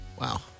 Wow